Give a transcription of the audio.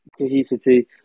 cohesivity